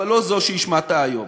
אבל לא זו שהשמעת היום.